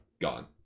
gone